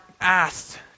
asked